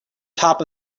top